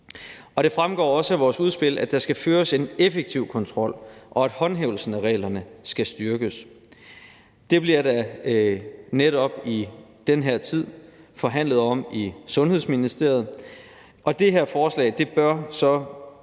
Det fremgår også af vores udspil, at der skal føres en effektiv kontrol, og at håndhævelsen af reglerne skal styrkes. Det bliver der netop i den her tid forhandlet om i Sundhedsministeriet,